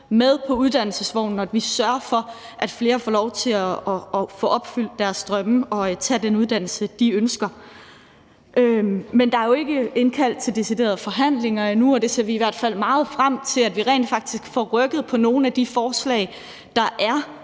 med på uddannelsesvognen, og at vi sørger for, at flere får lov til at få opfyldt deres drømme og tage den uddannelse, de ønsker. Men der er jo ikke indkaldt til deciderede forhandlinger endnu, og vi ser i hvert fald meget frem til, at vi rent faktisk får rykket på nogle af de forslag, der er.